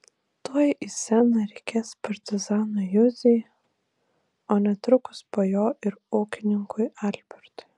tuoj į sceną reikės partizanui juzei o netrukus po jo ir ūkininkui albertui